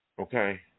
okay